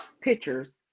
pictures